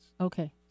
Okay